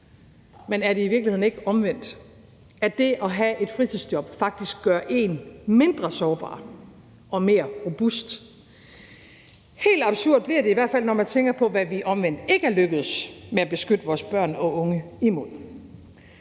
Men er det i virkeligheden ikke omvendt, altså at det at have et fritidsjob faktisk gør en mindre sårbar og mere robust? Helt absurd bliver det i hvert fald, når man tænker på, hvad vi omvendt ikke er lykkedes med at beskytte vores børn og unge imod.